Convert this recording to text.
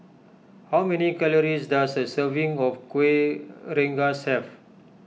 how many calories does a serving of Kuih Rengas have